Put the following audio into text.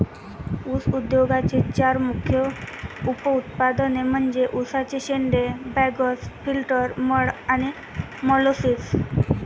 ऊस उद्योगाचे चार मुख्य उप उत्पादने म्हणजे उसाचे शेंडे, बगॅस, फिल्टर मड आणि मोलॅसिस